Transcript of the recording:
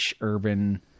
urban